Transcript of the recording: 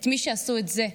את מי שעשו את זה.